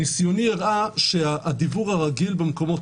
ניסיוני הראה שהדיוור הרגיל במקומות